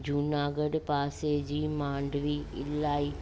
जूनागढ़ पासे जी मानडवी इलाही